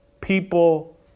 people